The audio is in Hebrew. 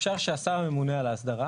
אפשר שהשר הממונה על ההסדרה